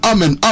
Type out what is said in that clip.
Amen